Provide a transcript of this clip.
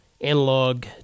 analog